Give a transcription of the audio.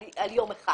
על יום אחד.